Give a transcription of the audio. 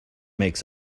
makes